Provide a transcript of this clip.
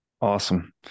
Awesome